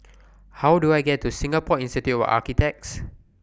How Do I get to Singapore Institute of Architects